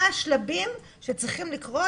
מה השלבים שצריכים לקרות,